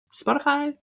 Spotify